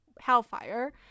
hellfire